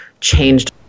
changed